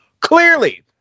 Clearly